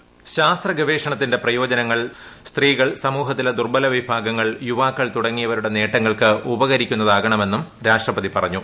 voice ശാസ്ത്ര ഗവേഷണത്തിന്റെ പ്രയോജനങ്ങൾ സ്ത്രീകൾ സമൂഹത്തിന്റെ ദുർബല വിഭാഗങ്ങൾ യുവാക്കൾ തുടങ്ങിയ മേഖലകളിലുള്ളവരുടെ നേട്ടങ്ങൾക്ക് ഉപകരിക്കുന്നതാകണമെന്നും രാഷ്ട്രപതി പറഞ്ഞു